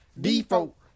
default